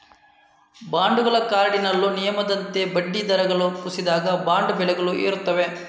ಬಾಂಡುಗಳ ಕಾರ್ಡಿನಲ್ ನಿಯಮದಂತೆ ಬಡ್ಡಿ ದರಗಳು ಕುಸಿದಾಗ, ಬಾಂಡ್ ಬೆಲೆಗಳು ಏರುತ್ತವೆ